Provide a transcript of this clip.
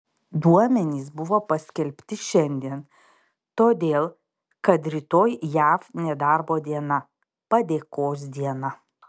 duomenys buvo paskelbti šiandien todėl kad rytoj jav nedarbo diena padėkos diena